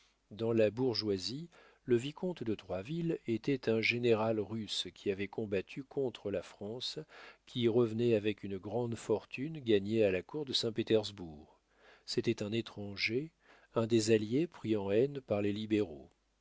dans la bourgeoisie le vicomte de troisville était un général russe qui avait combattu contre la france qui revenait avec une grande fortune gagnée à la cour de saint-pétersbourg c'était un étranger un des alliés pris en haine par les libéraux